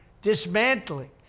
dismantling